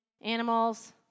animals